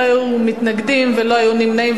לא היו מתנגדים ולא היו נמנעים.